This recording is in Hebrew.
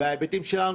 וההיבטים שלנו,